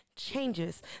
changes